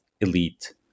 elite